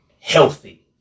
healthy